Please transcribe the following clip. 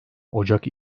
ocak